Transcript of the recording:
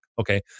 Okay